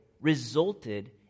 resulted